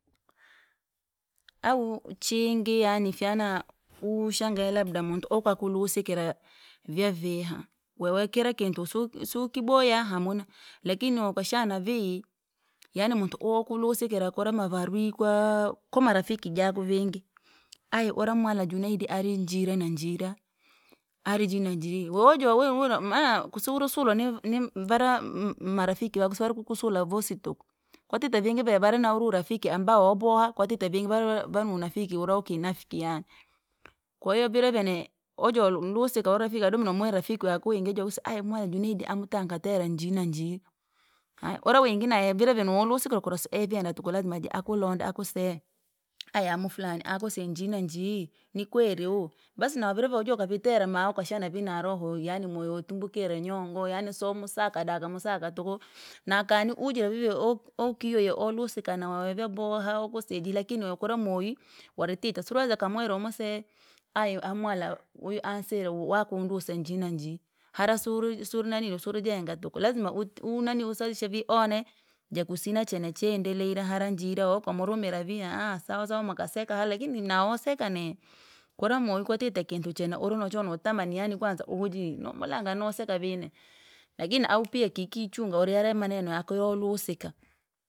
Au chingi, yani fyana ushangae labda muntu akakulusikia, vya viha, wewe kira kintu su- sukiboya hamuna, lakini wakashana vii, yani muntu okulusikira kwa mavarwi kwa- kwamarafiki javuvingi, ayi ura mwamwala junaidi ari njiri na njira, ari jii na jii wewe wojova maana suirisulwa ni- nivara m- marafiki vavu sivari kakusula vosi tuku, kwatite vingi vee varinaura rafiki ambao waboha, kwatite vingi ve vari na urafiki ura wa kinafiki yaani, kwa hiyo vira vene wajolusika urarafiki adomire nomuwira rafiki yaku wingi okuseya ayi mwamwala junaidi ayi taamunkatera ji na ji. Haya aura wingi nayeye vira vewolusikirwa kura siovye ndatuku lazima jiaklonde jiakuseye, ayi amu fulani akuseya ji na ji, ni kweri wu. Basi na vira ve wojokavitera maa wakashana vii na roho yani moyo watumbukire nyongo yaani siwosaka da kumsaka tuku. Nakani ujire virave ok- okiyoya alosika nawezwe vyaboha hao kuseji lakini wewe kura moywei, waritite suiriweza kumuwira wamuseye, ayi amu mwamwala uyu aseya wakundusa njiyi na njiyi, hara suiri suire naniluu suirijenga tuku. Lazima uti- unanii usihishe vii one, jakusina chene chendeleyire hara njira, wakamurumira vi aaha sawa sawa mwakaseka hara lakini nauseka neye. Kura moywi kwatite kintu chena uru nocho notamani yaani kwanza uhu jiii! Nomulanga ninoseka vii neye, lakini ahu pia kiki ichunga uri hara maneno yaki yolusika.